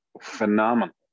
phenomenal